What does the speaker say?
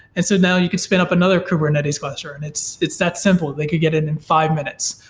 and so now you can spin up another kubernetes cluster and it's it's that simple. they could get in in five minutes,